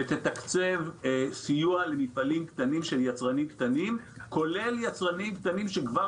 ותתקצב סיוע למפעלים קטנים של יצרנים קטנים כולל יצרנים קטנים שכבר